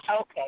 Okay